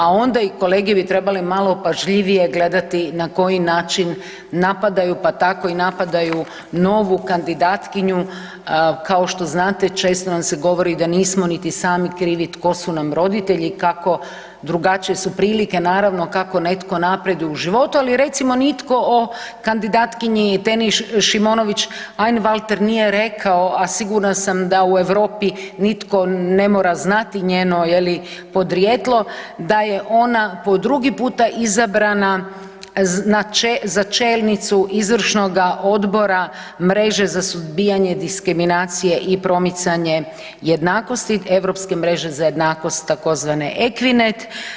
A onda i kolege bi trebale malo pažljivije gledati na koji način napadaju, pa tako i napadaju novu kandidatkinju kao što znate često nam se govori da nismo niti sami krivi tko su nam roditelji i kako drugačije su prilike naravno, kako netko napreduje u životu, ali recimo nitko o kandidatkinji Teni Šimonović Einwalter nije rekao, a sigurna sam da u Europi nitko ne mora znati njeno je li podrijetlo da je ona po drugi puta izabrana na, za čelnicu izvršnoga odbora mreže za suzbijanje diskriminacije i promicanje jednakosti Europske mreže za jednakost tzv. EQUINET.